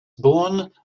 born